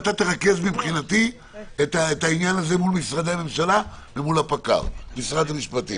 תרכז את העניין מול המשרדי הממשלה ומול משרד המשפטים.